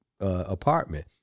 apartment